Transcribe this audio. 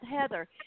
Heather